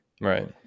Right